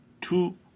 two